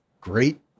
great